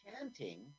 chanting